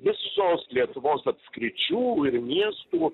visos lietuvos apskričių ir miestų